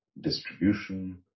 distribution